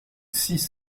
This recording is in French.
six